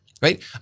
Right